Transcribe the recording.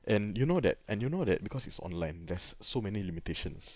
and you know that you know that because it's online there's so many limitations